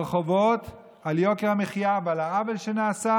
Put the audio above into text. ברחובות על יוקר המחיה ועל העוול שנעשה,